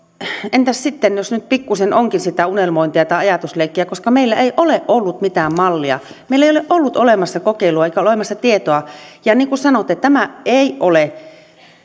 entäs sitten jos nyt pikkuisen onkin sitä unelmointia tai ajatusleikkiä koska meillä ei ole ollut mitään mallia meillä ei ole ollut olemassa kokeilua eikä ole olemassa tietoa ja niin kuin sanoitte koko potti ei ole